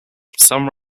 some